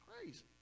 crazy